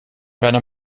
werden